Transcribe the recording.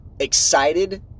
excited